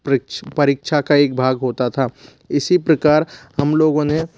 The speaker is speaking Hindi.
प्रै परीक्षा का एक भाग होता था इसी प्रकार हम लोगों ने